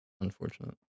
Unfortunate